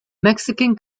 mexican